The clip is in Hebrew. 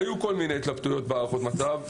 היו כל מיני התלבטויות בהערכות המצב.